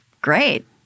great